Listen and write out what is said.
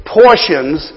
portions